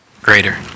greater